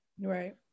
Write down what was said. Right